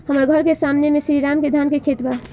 हमर घर के सामने में श्री राम के धान के खेत बा